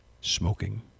smoking